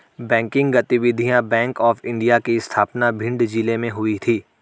banking गतिविधियां bank of India की स्थापना भिंड जिले में हुई थी